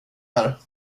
här